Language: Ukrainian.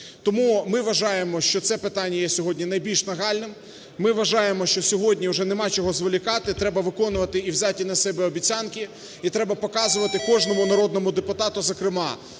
Тому ми вважаємо, що це питання є сьогодні найбільш нагальним. Ми вважаємо, що сьогодні вже нема чого зволікати, треба виконувати і, взяті на себе, обіцянки, і треба показувати кожному народному депутату, зокрема,